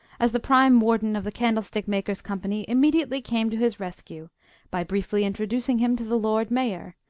as the prime warden of the candlestick-makers' company immediately came to his rescue by briefly introducing him to the lord mayor,